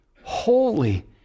holy